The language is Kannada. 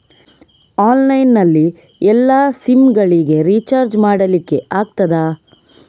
ಆನ್ಲೈನ್ ನಲ್ಲಿ ಎಲ್ಲಾ ಸಿಮ್ ಗೆ ರಿಚಾರ್ಜ್ ಮಾಡಲಿಕ್ಕೆ ಆಗ್ತದಾ?